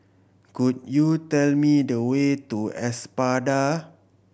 could you tell me the way to Espada